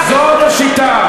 זאת השיטה.